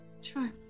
Sure